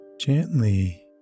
gently